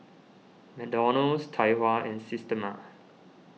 McDonald's Tai Hua and Systema